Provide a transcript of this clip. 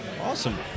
Awesome